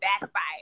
backfire